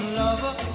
lover